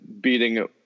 beating